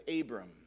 Abram